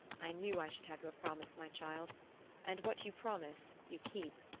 i knew i should have your promise, my child and what you promise you keep.